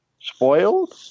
spoiled